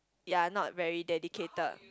ya not very dedicated